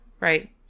Right